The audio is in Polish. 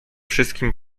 wszystkim